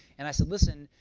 and i said, listen,